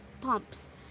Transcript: pumps